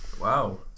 Wow